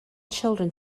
children